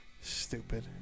stupid